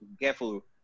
careful